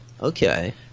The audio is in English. Okay